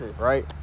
right